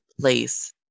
place